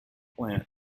plant